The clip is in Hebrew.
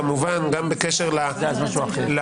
כמובן גם בקשר לעולם,